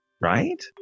right